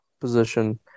position